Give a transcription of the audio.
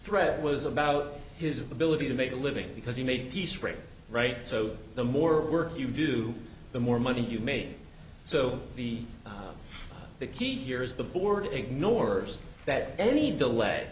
thread was about his ability to make a living because he made peace rain right so the more work you do the more money you made so the the key here is the board ignores that any delay